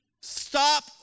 stop